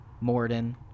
Morden